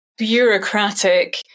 Bureaucratic